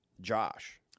Josh